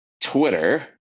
Twitter